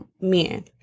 men